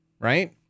right